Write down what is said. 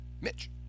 Mitch